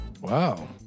Wow